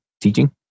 teaching